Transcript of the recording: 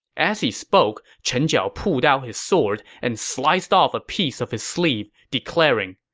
as he spoke, chen jiao pulled out his sword and sliced off a piece of his sleeve, declaring,